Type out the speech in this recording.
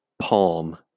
palm